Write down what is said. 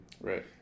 Right